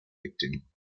victim